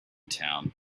town